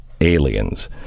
aliens